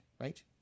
right